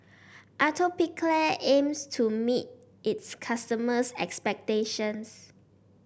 atopiclair aims to meet its customers' expectations